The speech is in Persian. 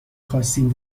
خواستین